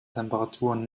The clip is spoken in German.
temperaturen